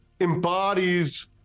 embodies